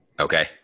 Okay